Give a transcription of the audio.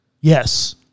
Yes